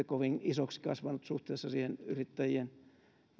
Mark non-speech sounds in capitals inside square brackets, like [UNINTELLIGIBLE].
[UNINTELLIGIBLE] kovin isoksi suhteessa siihen yrittäjien